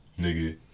nigga